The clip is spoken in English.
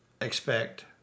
expect